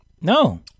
No